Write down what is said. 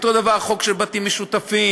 אותו דבר בחוק של בתים משותפים,